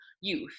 youth